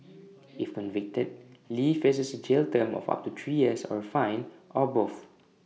if convicted lee faces A jail term of up to three years or A fine or both